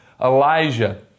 Elijah